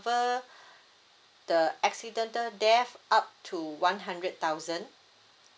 ~er the accidental death up to one hundred thousand